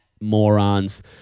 morons